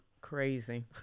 crazy